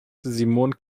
simone